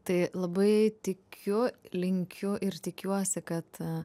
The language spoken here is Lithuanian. tai labai tikiu linkiu ir tikiuosi kad